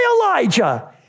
Elijah